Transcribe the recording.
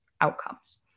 outcomes